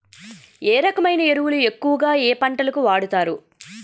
ఏ రకమైన ఎరువులు ఎక్కువుగా ఏ పంటలకు వాడతారు?